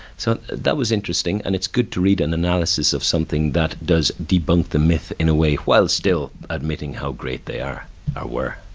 so that was interesting and it's good to read an analysis of something that does debunk the myth, in a way, while still admitting how great they are or were.